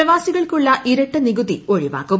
പ്രവാസികൾക്കുള്ള ഇരട്ട നികുതി ഒഴിവാക്കും